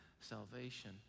Salvation